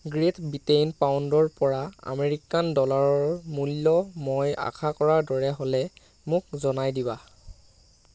great Britain পাউণ্ডৰ পৰা American ডলাৰৰ মূল্য মই আশা কৰাৰ দৰে হ'লে মোক জনাই দিবা